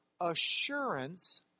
assurance